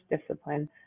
discipline